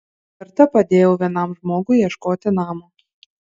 kartą padėjau vienam žmogui ieškoti namo